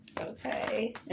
Okay